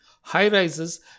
High-rises